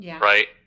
right